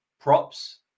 props